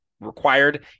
required